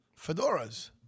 Fedoras